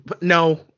No